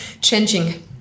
changing